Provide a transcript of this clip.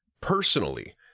personally